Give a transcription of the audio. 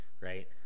Right